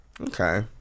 Okay